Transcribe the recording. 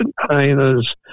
containers